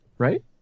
Right